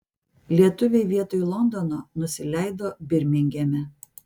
lietuviai vietoj londono nusileido birmingeme